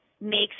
makes